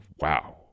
wow